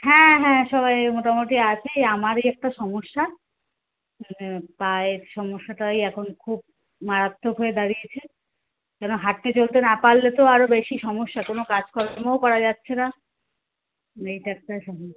হ্যাঁ হ্যাঁ সবাই মোটামোটি আছে এই আমারই একটু সমস্যা হুম পায়ের সমস্যাটাই এখন খুব মারাত্মক হয়ে দাঁড়িয়েছে যেন হাঁটতে চলতে না পারলে তো আরো বেশি সমস্যা কোনো কাজ কর্মও করা যাচ্ছে না এইটা একটা সমস্যা